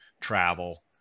travel